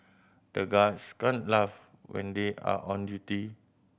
the guards can't laugh when they are on duty